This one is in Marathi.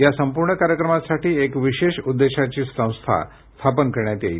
या संपूर्ण कार्यक्रमासाठी एक विशेष उद्देशाची संस्था स्थापन करण्यात येईल